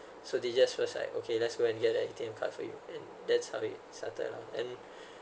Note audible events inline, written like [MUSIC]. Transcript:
so they just was like okay let's go and get an A_T_M card for you that's how it started lah and [BREATH]